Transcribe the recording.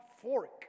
fork